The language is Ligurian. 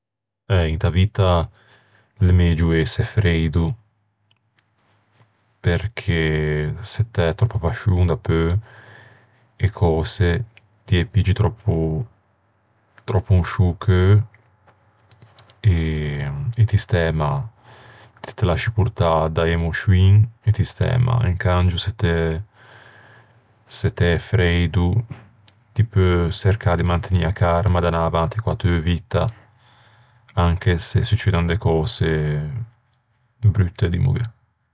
Eh, inta vitta l'é megio ëse freido perché se t'æ tròppa pascion dapeu e cöse ti ê piggi tròppo... in sciô cheu e ti stæ mâ. Ti te lasci portâ da-e emoscioin e ti stæ mâ. Incangio se t'æ se t'æ freido ti peu çercâ de mantegnî a carma e d'anâ avanti co-a teu vitta anche se succedan de cöse brutte, dimmoghe.